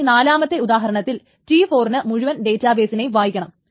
ഇനി നാലാമത്തെ ഉദാഹരണത്തിൽ T4 ന് മുഴുവൻ ഡേറ്റാബേസിനെയും വായിക്കണം